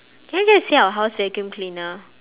can I just say our house vacuum cleaner